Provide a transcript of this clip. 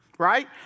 Right